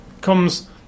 comes